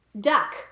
Duck